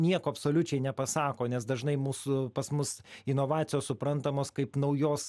nieko absoliučiai nepasako nes dažnai mūsų pas mus inovacijos suprantamos kaip naujos